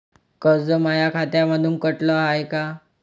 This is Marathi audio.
कर्ज माया खात्यामंधून कटलं हाय का?